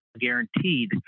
guaranteed